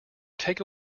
take